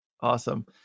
Awesome